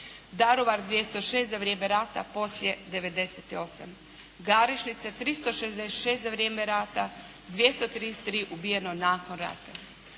Daruvar 206 za vrijeme rata, poslije 98. Garešnica 366 za vrijeme rata, 233 ubijeno nakon rata.